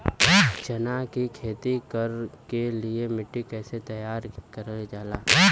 चना की खेती कर के लिए मिट्टी कैसे तैयार करें जाला?